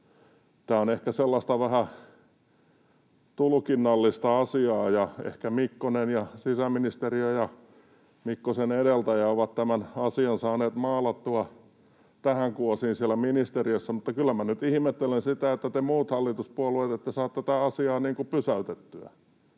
Tämä on ehkä sellaista vähän tulkinnallista asiaa, ja ehkä Mikkonen ja sisäministeriö ja Mikkosen edeltäjä ovat tämän asian saaneet maalattua tähän kuosiin siellä ministeriössä, mutta kyllä nyt ihmettelen sitä, että te muut hallituspuolueet ette saa tätä asiaa pysäytettyä.